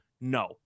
No